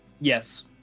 Yes